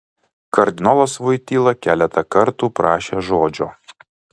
kardinolas voityla keletą kartų prašė žodžio